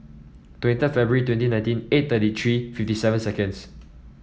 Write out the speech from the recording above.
twenty five February twenty nineteen eight thirty three fifty seven seconds